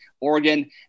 Oregon